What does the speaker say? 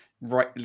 Right